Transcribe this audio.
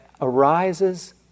arises